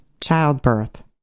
Childbirth